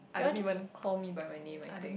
they all just call me by my name I think